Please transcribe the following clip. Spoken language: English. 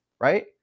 Right